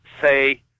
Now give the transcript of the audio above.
say